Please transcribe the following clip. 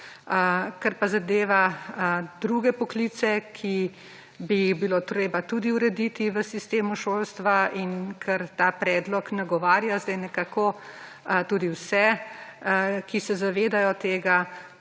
Kar pa zadeva druge poklice, ki bi jih bilo treba tudi urediti v sistemu šolstva in kar ta predlog nagovarja zdaj nekako tudi vse, ki se zavedajo tega,